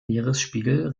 meeresspiegel